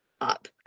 up